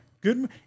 good